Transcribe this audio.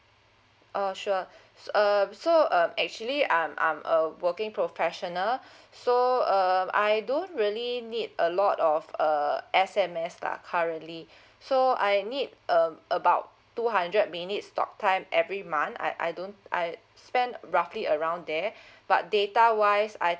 uh sure um so um actually I'm I'm a working professional so um I don't really need a lot of uh S_M_S lah currently so I need um about two hundred minutes talk time every month I I don't I spend roughly around there but data wise I